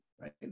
right